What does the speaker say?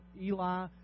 Eli